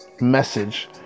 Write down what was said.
message